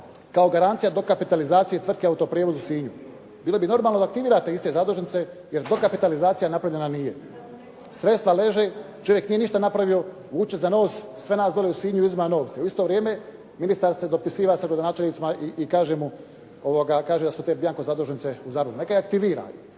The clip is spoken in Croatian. kao garancija dokapitalizacije tvrtke autoprijevoz u Sinju. Bilo bi normalno da aktivirate iste zadužnice, jer dokapitalizacija napravljena nije. Sredstva leže, čovjek nije ništa napravio. Vuče za nos sve nas dolje u Sinju i uzima novce. U isto vrijeme ministar se dopisivao sa gradonačelnicima i kaže da su te bjanko zadužnice u Zadru. Neka ih aktivira.